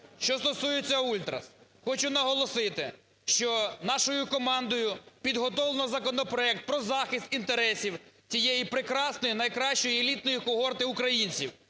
Що стосується ультрас. Хочу наголосити, що нашою командою підготовлено законопроект про захист інтересів тієї прекрасної найкращої елітної когорти українців,